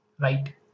right